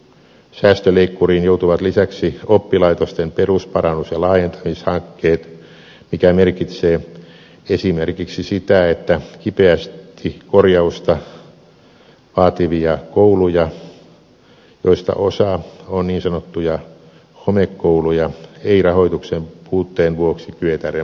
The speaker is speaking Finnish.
säästöleikkuriin joutuvat lisäksi oppilaitosten perusparannus ja laajentamishankkeet mikä merkitsee esimerkiksi sitä että kipeästi korjausta vaativia kouluja joista osa on niin sanottuja homekouluja ei rahoituksen puutteen vuoksi kyetä remontoimaan